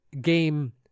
game